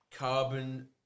Carbon